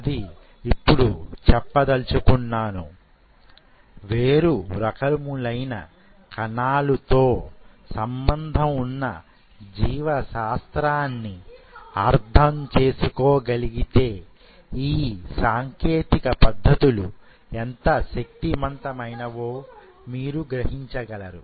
అది ఇప్పుడు చెప్పదలుచుకున్నాను వేరు రకములైన కణాలు తో సంబంధం ఉన్న జీవశాస్త్రాన్ని అర్థం చేసుకోగలిగితే ఈ సాంకేతిక పద్ధతులు ఎంత శక్తివంతమైనవో మీరు గ్రహించగలరు